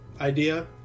idea